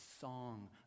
song